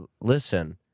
listen